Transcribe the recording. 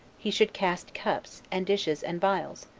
he should cast cups, and dishes, and vials,